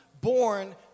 born